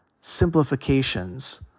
simplifications